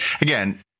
Again